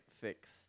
fix